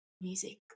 music